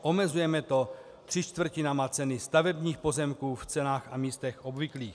Omezujeme to třemi čtvrtinami ceny stavebních pozemků v cenách a místech obvyklých.